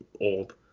old